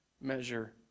measure